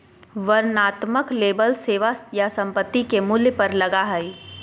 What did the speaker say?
वर्णनात्मक लेबल सेवा या संपत्ति के मूल्य पर लगा हइ